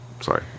sorry